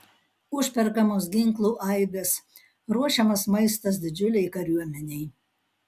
užperkamos ginklų aibės ruošiamas maistas didžiulei kariuomenei